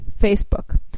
Facebook